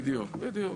בדיוק.